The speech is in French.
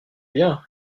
bien